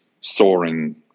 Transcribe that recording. soaring